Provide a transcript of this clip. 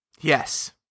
Yes